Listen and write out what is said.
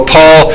Paul